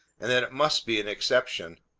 and that it must be an exception.